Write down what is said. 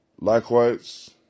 Likewise